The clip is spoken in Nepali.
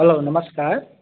हेलो नमस्कार